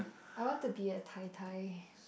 I want to be a tai tai